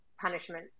punishment